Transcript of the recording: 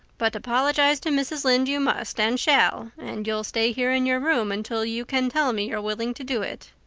but apologize to mrs. lynde you must and shall and you'll stay here in your room until you can tell me you're willing to do it.